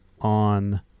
on